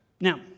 Now